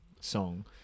song